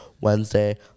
Wednesday